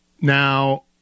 Now